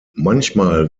manchmal